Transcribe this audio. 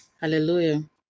Hallelujah